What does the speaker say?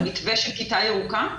על מתווה של כיתה ירוקה?